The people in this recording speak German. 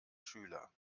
schüler